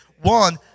One